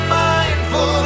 mindful